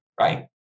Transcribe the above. right